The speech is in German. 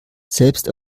selbst